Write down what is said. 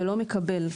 ולא מקבל.